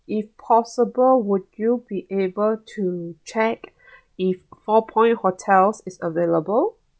if possible would you be able to check if four point hotels is available